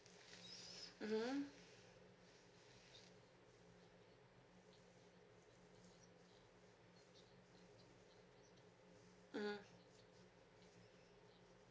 mmhmm mm